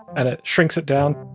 and it shrinks it down?